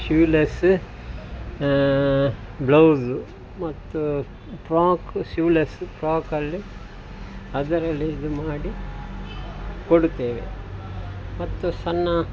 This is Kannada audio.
ಶೀವ್ಲೆಸ್ಸ ಬ್ಲೌಸು ಮತ್ತು ಫ್ರಾಕು ಸೀವ್ಲೆಸ್ಸು ಫ್ರಾಕಲ್ಲಿ ಅದರಲ್ಲಿ ಇದು ಮಾಡಿ ಕೊಡುತ್ತೇವೆ ಮತ್ತು ಸಣ್ಣ